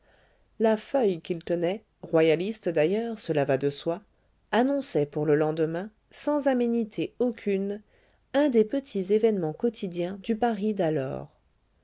la feuille qu'il tenait royaliste d'ailleurs cela va de soi annonçait pour le lendemain sans aménité aucune un des petits événements quotidiens du paris d'alors